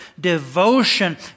devotion